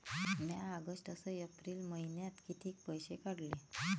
म्या ऑगस्ट अस एप्रिल मइन्यात कितीक पैसे काढले?